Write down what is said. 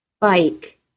bike